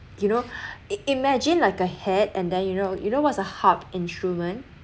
you know i~ imagine like a head and then you know you know what's a hub instrument